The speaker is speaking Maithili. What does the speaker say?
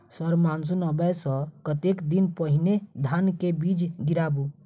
सर मानसून आबै सऽ कतेक दिन पहिने धान केँ बीज गिराबू?